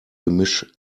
gemisch